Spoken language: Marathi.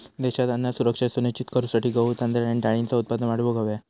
देशात अन्न सुरक्षा सुनिश्चित करूसाठी गहू, तांदूळ आणि डाळींचा उत्पादन वाढवूक हव्या